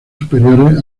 superiores